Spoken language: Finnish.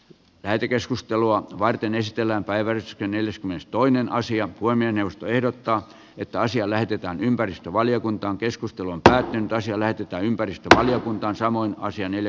lähetekeskustelua varten esitellään päiväys ja neljäskymmenestoinen asia kuin puhemiesneuvosto ehdottaa että asia näytetään ympäristövaliokuntaan keskustelun tärkeintä siellä pitää ympäristövaliokuntaan samoin asian ele